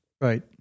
Right